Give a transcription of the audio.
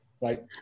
right